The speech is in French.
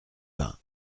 vingt